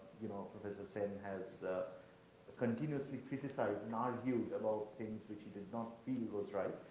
you know, professor sen has continuously criticized and argued about things which he did not feel was right.